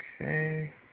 Okay